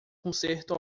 concerto